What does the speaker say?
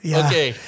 okay